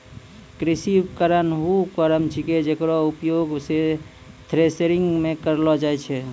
कृषि उपकरण वू उपकरण छिकै जेकरो उपयोग सें थ्रेसरिंग म करलो जाय छै